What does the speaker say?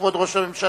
כבוד ראש הממשלה,